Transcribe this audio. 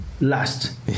last